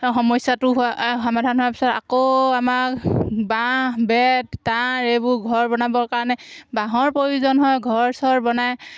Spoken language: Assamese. সমস্যাটো হোৱা সমাধান হোৱাৰ পিছত আকৌ আমাক বাঁহ বেত তাঁৰ এইবোৰ ঘৰ বনাবৰ কাৰণে বাঁহৰ প্ৰয়োজন হয় ঘৰ চৰ বনাই